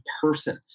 person